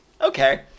Okay